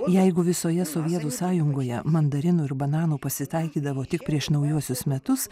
jeigu visoje sovietų sąjungoje mandarinų ir bananų pasitaikydavo tik prieš naujuosius metus